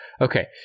Okay